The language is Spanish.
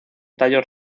tallos